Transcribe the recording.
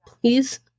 Please